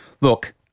Look